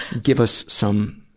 give us some,